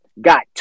got